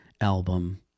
album